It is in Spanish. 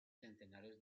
centenares